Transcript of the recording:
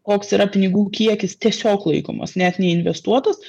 koks yra pinigų kiekis tiesiog laikomas net neinvestuotas